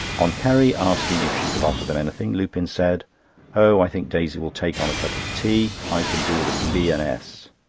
on carrie asking if she could offer them anything, lupin said oh, i think daisy will take on a cup of tea. i can do with a b. and s.